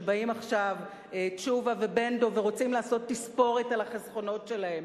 כשבאים עכשיו תשובה ובן-דב ורוצים לעשות תספורת על החסכונות שלהם?